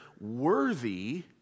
worthy